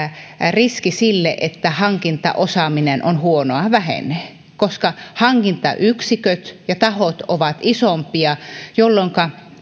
riski sille että hankintaosaaminen on huonoa vähenee koska hankintayksiköt ja tahot ovat isompia jolloinka